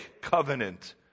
covenant